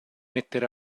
mettere